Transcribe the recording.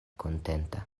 kontenta